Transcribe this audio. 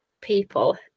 people